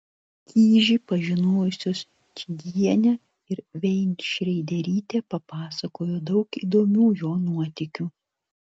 kižį pažinojusios čygienė ir veinšreiderytė papasakojo daug įdomių jo nuotykių